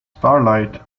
starlight